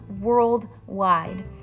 worldwide